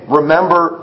remember